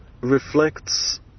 reflects